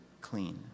clean